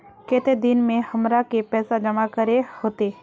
केते दिन में हमरा के पैसा जमा करे होते?